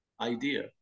idea